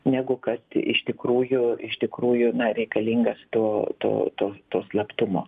negu kad iš tikrųjų iš tikrųjų na reikalingas to to to to slaptumo